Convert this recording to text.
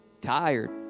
tired